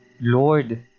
Lord